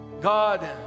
God